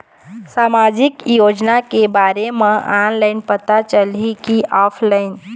सामाजिक योजना के बारे मा ऑनलाइन पता चलही की ऑफलाइन?